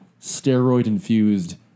steroid-infused